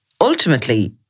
ultimately